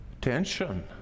tension